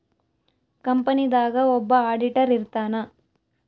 company ದಾಗ ಒಬ್ಬ auditor ಇರ್ತಾನ